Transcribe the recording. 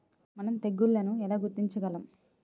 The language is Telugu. మనం తెగుళ్లను ఎలా గుర్తించగలం?